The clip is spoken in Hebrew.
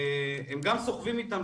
הם גם סוחבים איתם.